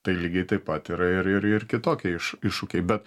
tai lygiai taip pat yra ir ir ir kitokie iš iššūkiai bet